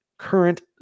current